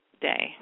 day